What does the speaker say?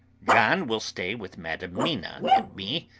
john will stay with madam mina and me,